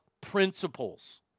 principles